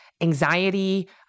anxiety